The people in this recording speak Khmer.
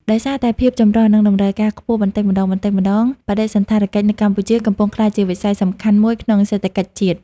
ដោយសារតែភាពចម្រុះ និងតម្រូវការខ្ពស់បន្តិចម្ដងៗ បដិសណ្ឋារកិច្ចនៅកម្ពុជា កំពុងក្លាយជាវិស័យសំខាន់មួយក្នុងសេដ្ឋកិច្ចជាតិ។